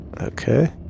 Okay